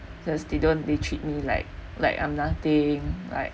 because they don't they treat me like like I'm nothing like